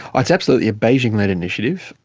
ah it's absolutely a beijing-led initiative.